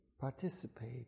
participate